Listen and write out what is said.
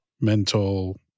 mental